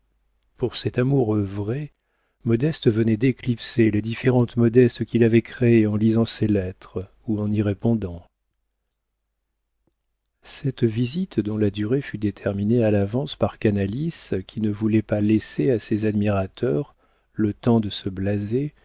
pour cet amoureux vrai modeste venait d'éclipser les différentes modestes qu'il avait créées en lisant ses lettres ou en y répondant cette visite dont la durée fut déterminée à l'avance par canalis qui ne voulait pas laisser à ses admirateurs le temps de se blaser